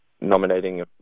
nominating